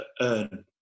earn